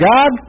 God